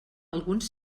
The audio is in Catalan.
alguns